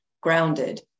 grounded